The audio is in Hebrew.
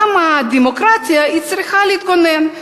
גם דמוקרטיה צריכה להתגונן,